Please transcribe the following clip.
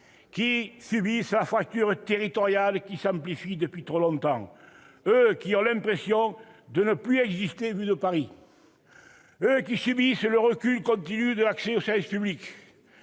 qui subissent la fracture territoriale, laquelle s'amplifie depuis trop longtemps. Eux qui ont l'impression de ne même plus exister vu de Paris. Eux qui subissent le recul continu de l'accès aux services publics.